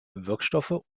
wirkstoffe